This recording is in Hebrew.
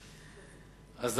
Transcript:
אתה רוצה שאני אענה לך?